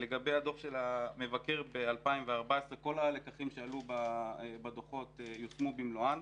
לגבי דוח המבקר מ-2014: כל הלקחים שעלו בדוחות יושמו במלואם,